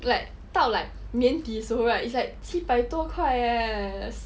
like 到了年底时候 right it's like 七百多块 eh